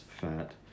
fat